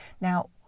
Now